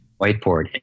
Whiteboard